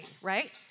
Right